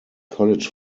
college